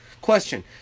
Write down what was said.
Question